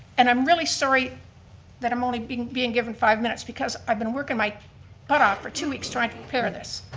and i'm really sorry that i'm only being being given five minutes because i've been working my butt off for two weeks trying to prepare this.